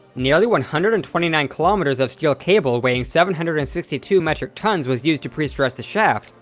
nearly one hundred and twenty nine km um and of steel cable weighing seven hundred and sixty two metric tonnes was used to pre-stress the shaft,